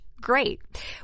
Great